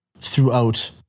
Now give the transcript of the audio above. throughout